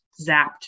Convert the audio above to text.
zapped